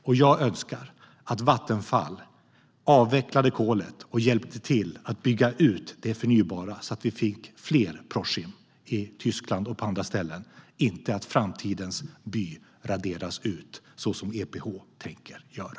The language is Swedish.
Jag skulle önska att Vattenfall avvecklade kolet och hjälpte till att bygga ut det förnybara så att vi fick fler Proschim i Tyskland och på andra ställen - i stället för att framtidens by raderas ut som EPH tänker göra.